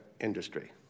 industry